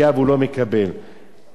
חסר להורה שיגיד לא.